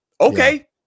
Okay